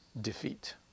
defeat